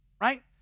right